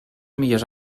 millors